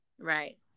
Right